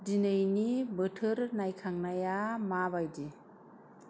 दिनैनि बोथोर नायखांनाया माबायदि